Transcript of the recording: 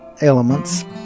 elements